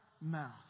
mouth